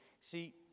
See